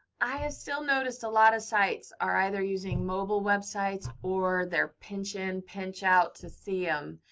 i had still noticed a lot of sites are either using mobile websites or they're pinch in, pinch out to see them.